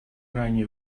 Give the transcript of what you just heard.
ранее